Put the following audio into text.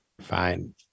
Fine